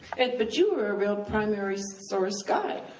and but you are a real primary-source guy.